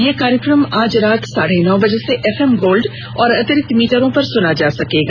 यह कार्यक्रम आज रात साढ़े नौ बजे से एफएम गोल्ड और अतिरिक्त मीटरों पर सुना जा सकता है